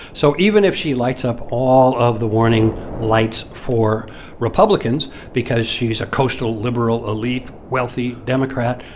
so even if she lights up all of the warning lights for republicans because she is a coastal, liberal, elite, wealthy democrat,